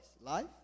life